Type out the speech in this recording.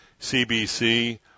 cbc